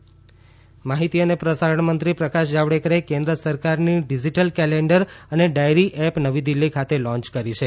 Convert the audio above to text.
digital calendar app માહિતી અને પ્રસારણમંત્રી પ્રકાશ જાવડેકરે કેન્દ્ર સરકારની ડિજીટલ કેલેન્ડર અને ડાયરી એપ નવી દિલ્હી ખાતે લોન્ય કરી છે